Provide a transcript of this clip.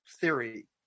theory